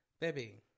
baby